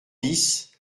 dix